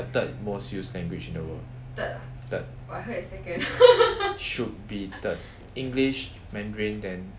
the third most used language in the world third should be third english mandarin then